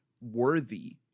worthy